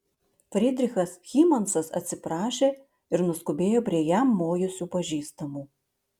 frydrichas hymansas atsiprašė ir nuskubėjo prie jam mojusių pažįstamų